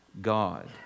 God